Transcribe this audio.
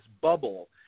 bubble